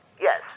Yes